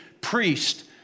priest